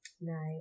no